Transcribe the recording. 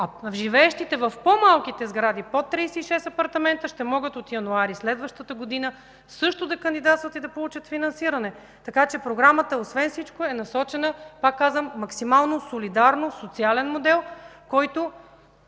А Живеещите в по-малките сгради, под 36 апартамента, от януари следващата година ще могат също да кандидатстват и да получат финансиране. Така че програмата освен всичко е насочена, пак казвам, максимално солидарно, социален модел, който